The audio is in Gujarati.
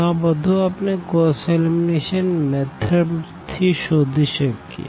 તો આ બધું આપણે ગોસ એલિમિનેશન મેથડ થી શોધી શકીએ